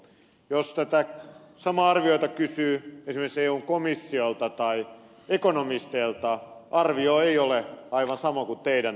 jos tätä samaa arviota kysyy esimerkiksi eun komissiolta tai ekonomisteilta arvio ei ole aivan sama kuin teidän arvionne